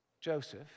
Joseph